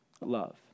love